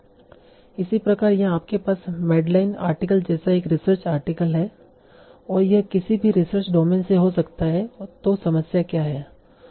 इसी प्रकार यहाँ आपके पास मेडलाइन आर्टिकल जैसा एक रिसर्च आर्टिकल है और यह किसी भी रिसर्च डोमेन से हो सकता है और तों समस्या क्या है